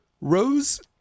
Rose